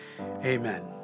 Amen